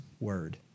Word